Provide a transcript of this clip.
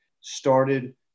started